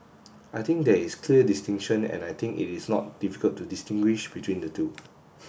I think there is clear distinction and I think it is not difficult to distinguish between the two